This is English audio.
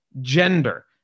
gender